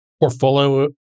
portfolio